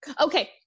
okay